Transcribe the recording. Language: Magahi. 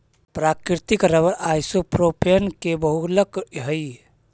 प्राकृतिक रबर आइसोप्रोपेन के बहुलक हई